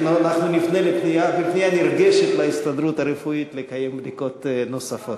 אנחנו נפנה בפנייה נרגשת להסתדרות הרפואית לקיים בדיקות נוספות.